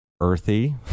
earthy